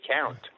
count